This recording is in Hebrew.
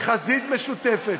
בחזית משותפת,